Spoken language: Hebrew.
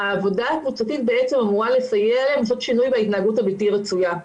העבודה הקבוצתית אמורה לסייע להם לעשות שינוי בהתנהגות הבלתי רצויה.